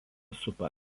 supa